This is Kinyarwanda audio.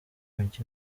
ujya